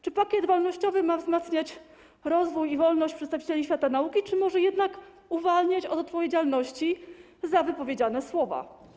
Czy pakiet wolnościowy ma wzmacniać rozwój i wolność przedstawicieli świata nauki, czy może jednak uwalniać od odpowiedzialności za wypowiedziane słowa?